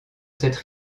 cette